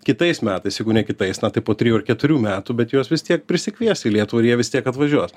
kitais metais jeigu ne kitais na tai po trijų ar keturių metų bet juos vis tiek prisikviesi į lietuvą ir jie vis tiek atvažiuos